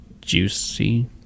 juicy